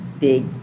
big